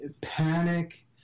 Panic